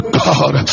god